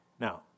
Now